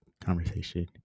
conversation